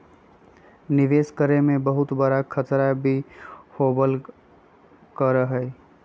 निवेश करे में बहुत बडा खतरा भी होबल करा हई